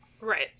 Right